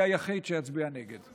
יהיה היחיד שיצביע נגד.